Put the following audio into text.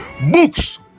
Books